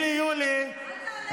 אל תענה.